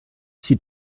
sie